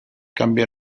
cambia